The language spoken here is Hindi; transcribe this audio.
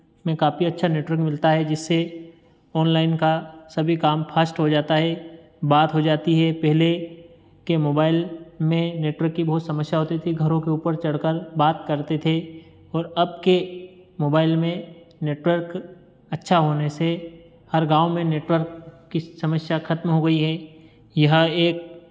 में काफी अच्छी नेटवर्क मिलता है जिससे ऑनलाइन का सभी काम फास्ट हो जाता है बात हो जाती है पहले के मोबाइल में नेटवर्क की बहुत समस्या होती थी घरों के ऊपर चढ़कर बात करते थे और अबके मोबाइल में नेटवर्क अच्छा होने से हर गाँव में नेटवर्क की समस्या खत्म हो गई है यह एक